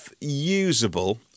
usable